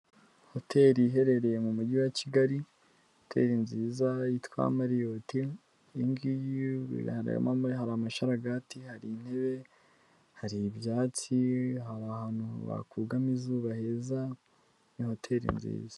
Hoteli iherereye mu mujyi wa kigali. Hoteli nziza yitwa mariyoti iyingiyi, hari amasharagati, hari intebe, hari ibyatsi, hari ahantu wakugama izuba heza ni hoteli nziza.